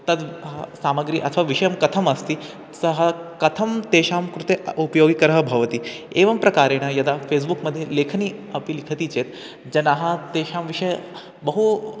तद् हा सामग्री अथवा विषयं कथमस्ति सः कथं तेषां कृते उपयोगकरः भवति एवं प्रकारेण यदा फे़स्बुक्मध्ये लेखनम् अपि लिखति चेत् जनाः तेषां विषये बहु